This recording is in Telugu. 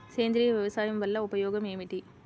సేంద్రీయ వ్యవసాయం వల్ల ఉపయోగం ఏమిటి?